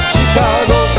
Chicago